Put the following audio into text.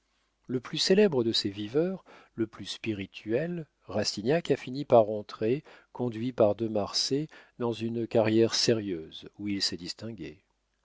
le plus célèbre de ces viveurs le plus spirituel rastignac a fini par entrer conduit par de marsay dans une carrière sérieuse où il s'est distingué